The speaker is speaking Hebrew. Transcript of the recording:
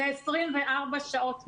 זה 24 שעות,